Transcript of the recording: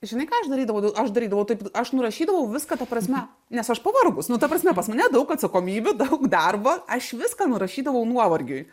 žinai ką aš darydavau aš darydavau taip aš nurašydavau viską ta prasme nes aš pavargus nu ta prasme pas mane daug atsakomybių daug darbo aš viską nurašydavau nuovargiui